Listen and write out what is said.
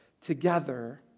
together